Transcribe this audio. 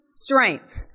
strengths